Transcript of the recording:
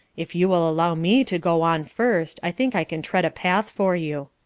if you will allow me to go on first, i think i can tread a path for you.